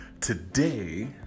Today